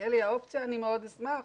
שתהיה לי האופציה אני מאוד אשמח.